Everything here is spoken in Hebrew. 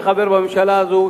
כחבר בממשלה הזאת,